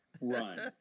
run